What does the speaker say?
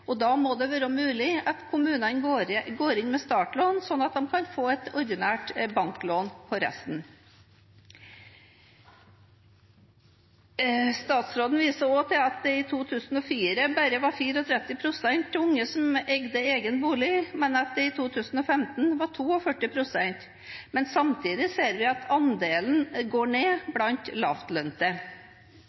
og da må det være mulig at kommunene går inn med startlån, slik at de kan få et ordinært banklån på resten. Statsråden viser også til at det i 2004 bare var 34 pst. av unge som eide egen bolig, men at det i 2015 var 42 pst. Men samtidig ser vi at andelen går ned blant lavtlønte.